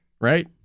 right